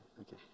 okay